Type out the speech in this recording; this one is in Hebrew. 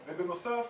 ובנוסף,